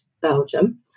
Belgium